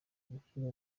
gushyira